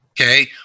okay